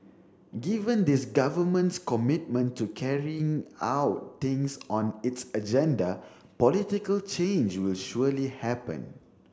given this Government's commitment to carrying out things on its agenda political change will surely happen